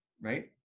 right